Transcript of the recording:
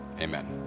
amen